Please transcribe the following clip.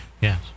Yes